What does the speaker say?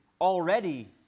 Already